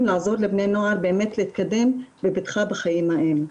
לעזור לבני הנוער להתקדם בבטחה בחיים האלה.